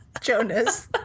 Jonas